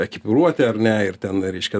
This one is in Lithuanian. ekipiruotę ar ne ir ten reiškia